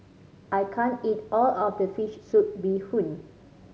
I can't eat all of this fish soup bee hoon